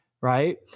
right